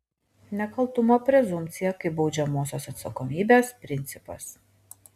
nekaltumo prezumpcija kaip baudžiamosios atsakomybės principas